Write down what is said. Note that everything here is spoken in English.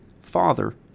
father